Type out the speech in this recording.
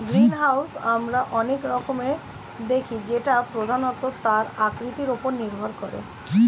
greenhouse আমরা অনেক রকমের দেখি যেটা প্রধানত তার আকৃতির ওপর নির্ভর করে